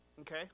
Okay